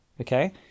okay